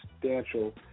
substantial